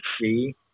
see